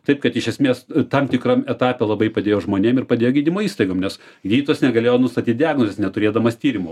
taip kad iš esmės tam tikram etape labai padėjo žmonėm ir padėjo gydymo įstaigom nes gydytojas negalėjo nustatyt diagnozės neturėdamas tyrimo